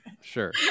Sure